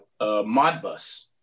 Modbus